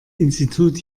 institut